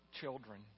children